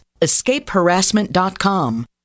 escapeharassment.com